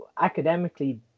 academically